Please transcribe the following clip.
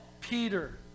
Peter